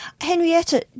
Henrietta